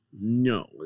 No